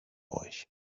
euch